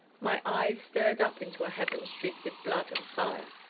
my eyes stared up into a heaven streaked with blood and fire,